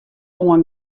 oan